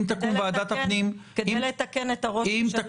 אם תקום ועדת הפנים ----- כדי לתקן את הרושם שנוצר.